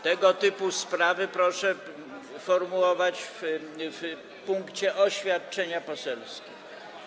Tego typu sprawy proszę formułować w punkcie: oświadczenia poselskie.